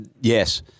Yes